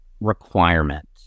requirement